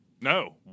No